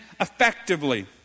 effectively